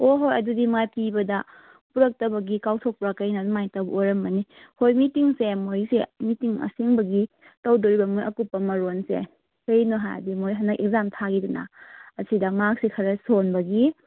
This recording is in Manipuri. ꯑꯣ ꯍꯣꯏ ꯑꯗꯨꯗꯤ ꯃꯥ ꯀꯤꯕꯗ ꯄꯨꯔꯛꯇꯕꯒꯤ ꯀꯥꯎꯊꯣꯛꯄ꯭ꯔꯥ ꯀꯩꯅꯣ ꯑꯗꯨꯃꯥꯏꯅ ꯇꯧꯕ ꯑꯣꯏꯔꯝꯃꯅꯤ ꯍꯣꯏ ꯃꯤꯇꯤꯡꯁꯦ ꯃꯣꯏꯁꯦ ꯃꯤꯇꯤꯡ ꯑꯁꯦꯡꯕꯒꯤ ꯇꯧꯗꯣꯏꯕ ꯃꯈꯣꯏ ꯑꯀꯨꯞꯄ ꯃꯔꯣꯜꯁꯦ ꯀꯔꯤꯅꯣ ꯍꯥꯏꯗꯤ ꯃꯈꯣꯏ ꯍꯟꯗꯛ ꯑꯦꯛꯖꯥꯝ ꯊꯥꯈꯤꯗꯅ ꯑꯁꯤꯗ ꯃꯥꯛꯁꯦ ꯈꯔ ꯁꯣꯟꯕꯒꯤ